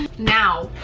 now